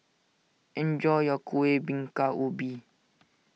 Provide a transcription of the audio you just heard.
enjoy your Kueh Bingka Ubi